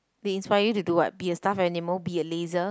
they inspire you to do what be a stuffed animal be a laser